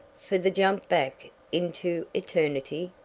for the jump back into eternity?